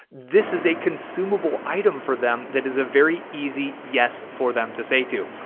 this is a consumable item for them. that is a very easy yes, for them to say too.